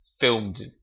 filmed